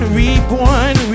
reborn